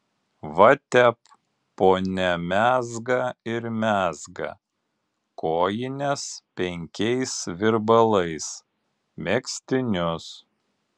va tep ponia mezga ir mezga kojines penkiais virbalais megztinius